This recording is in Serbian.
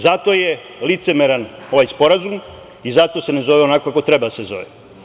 Zato je licemeran ovaj sporazum i zato se ne zove onako kako treba da se zove.